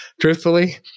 Truthfully